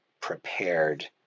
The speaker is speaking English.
prepared